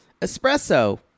espresso